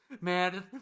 Man